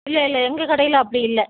இல்லை இல்லை எங்கள் கடையில் அப்படி இல்லை